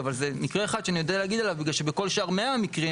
אבל זה מקרה אחד שאני יודע להגיד עליו כי בכל שאר 100 המקרים,